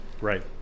Right